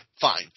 Fine